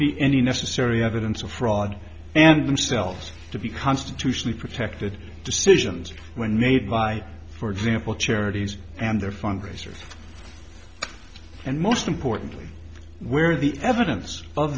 be any necessary evidence of fraud and themselves to be constitutionally protected decisions when made by for example charities and their fundraisers and most importantly where the evidence of